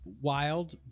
wild